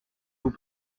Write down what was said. vous